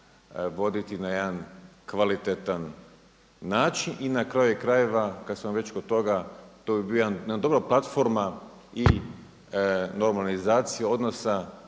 na jedan kvalitetan način i na kraju krajeva, kada smo već kod toga, to bi bio jedan, dobra platforma i normalizacija odnosa,